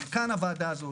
כאן הוועדה הזאת,